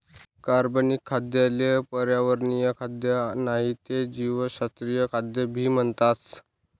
कार्बनिक खाद्य ले पर्यावरणीय खाद्य नाही ते जीवशास्त्रीय खाद्य भी म्हणतस